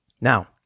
Now